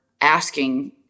asking